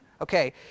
Okay